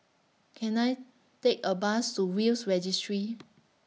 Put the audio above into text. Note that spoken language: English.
Can I Take A Bus to Will's Registry